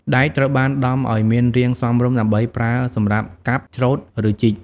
ដែកត្រូវបានដំឲ្យមានរាងសមរម្យដើម្បីប្រើសម្រាប់កាប់ ច្រូត ឬជីក។